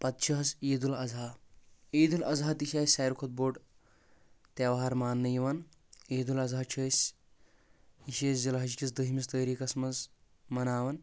پتہٕ چھِ حظ عید الاضحی عید الاضحی تہِ چھِ اسہِ ساروٕے کھۄتہٕ بوٚڑ تیہوار ماننہٕ یِوان عید الاضحیٰ چھ أسۍ یہِ چھِ أسۍ ذی الحج کِس دہمِس تٲریٖخس منٛز مناوان